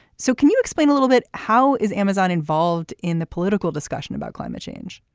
so can you explain a little bit how is amazon involved in the political discussion about climate change.